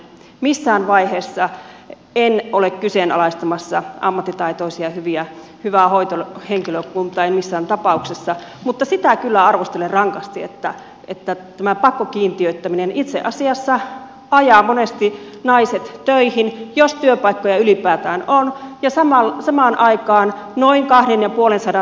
missään vaiheessa en ole kyseenalaistamassa ammattitaitoista ja hyvää hoitohenkilökuntaa en missään tapauksessa mutta sitä kyllä arvostelen rankasti että tämä pakkokiintiöittäminen itse asiassa ajaa monesti naiset töihin jos työpaikkoja ylipäätään on ja samaan aikaan noin kahden ja puolen sekä